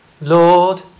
Lord